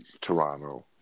Toronto